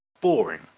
boring